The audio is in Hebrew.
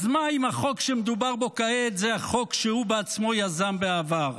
אז מה אם החוק שמדובר בו כעת הוא החוק שהוא בעצמו יזם בעבר.